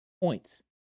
points